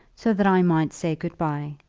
so that i might say good-by.